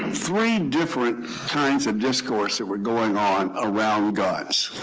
three different kinds of discourse that were going on around guns.